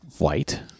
white